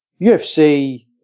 ufc